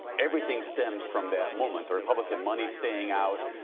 everything stems from that moment. the republican money staying out,